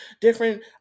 different